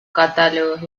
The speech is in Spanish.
catálogos